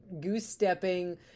goose-stepping